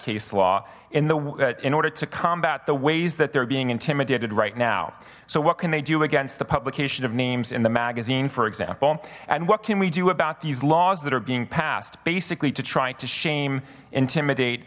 case law in the in order to combat the ways that they're being intimidated right now so what can they do against the publication of names in the magazine for example and what can we do about these laws that are being passed basically to try to shame intimidate